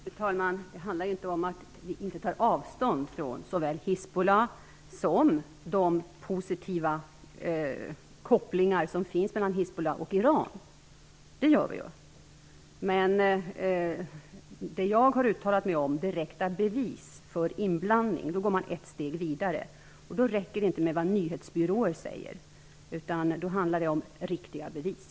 Fru talman! Det handlar inte om att vi inte tar avstånd från såväl Hizbollah som de kopplingar som finns mellan Hizbollah och Iran. Det gör vi. Men det jag talar om, nämligen direkta bevis för inblandning, innebär att man går ett steg vidare. Det räcker då inte med vad nyhetsbyråer säger, utan då handlar det om riktiga bevis.